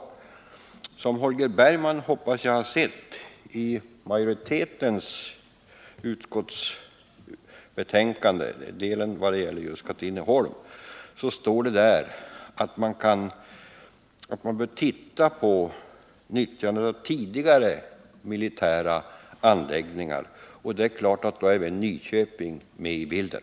Jag hoppas att Holger Bergman har läst utskottsmajoritetens skrivning i den del som rör Katrineholm, där det står att man bör titta på nyttjandet av tidigare militära anläggningar, och då är det klart att Nyköping är med i bilden.